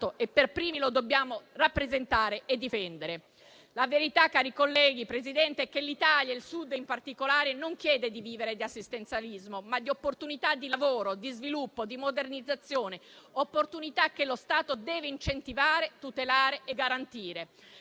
e per primi lo dobbiamo rappresentare e difendere. La verità, cari colleghi, signor Presidente, è che l'Italia, il Sud in particolare, chiede di vivere non di assistenzialismo, ma di opportunità di lavoro, di sviluppo, di modernizzazione; opportunità che lo Stato deve incentivare, tutelare e garantire.